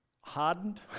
hardened